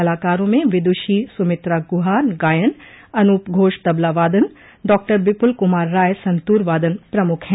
कलाकारों में विदुषी सुमित्रा गुहा गायन अनूप घोष तबला वादन डॉक्टर बिपुल कुमार राय सन्तूर वादन प्रमुख हैं